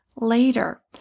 later